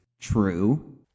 True